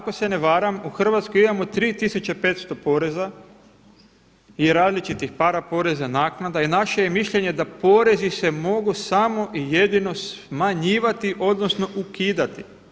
Ako se ne varam u Hrvatskoj imamo 3 tisuće 500 poreza i različitih paraporeza, naknada i naše je mišljenje da porezi se mogu samo i jedino smanjivati odnosno ukidati.